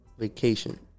Vacation